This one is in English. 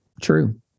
true